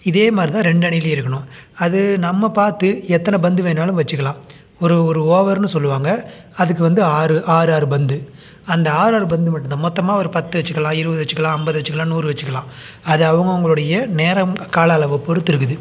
இதே மாதிரிதான் ரெண்டு அணிலையும் இருக்கணும் அது நம்ம பார்த்து எத்தனை பந்து வேணாலும் வச்சுக்கலாம் ஒரு ஒரு ஓவர்ன்னு சொல்லுவாங்க அதுக்கு வந்து ஆறு ஆறு ஆறு பந்து அந்த ஆறு ஆறு பந்து மட்டும்தான் மொத்தமாக ஒரு பத்து வச்சுக்கலாம் இருபது வச்சுக்கலாம் ஐம்பது வச்சுக்கலாம் நூறு வச்சுக்கலாம் அது அவங்க அவங்களுடைய நேரம் கால அளவை பொருத்து இருக்குது